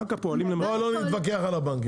בנק הפועלים למשל --- בואי לא נתווכח על הבנקים,